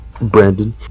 Brandon